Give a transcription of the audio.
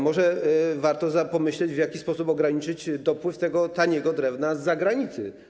Może warto pomyśleć, w jaki sposób ograniczyć dopływ tego taniego drewna z zagranicy.